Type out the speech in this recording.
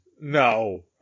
No